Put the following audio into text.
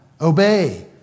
obey